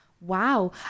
wow